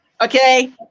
Okay